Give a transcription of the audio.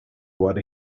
what